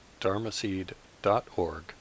dharmaseed.org